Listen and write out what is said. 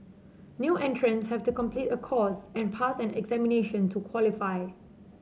new entrants have to complete a course and pass an examination to qualify